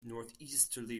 northeasterly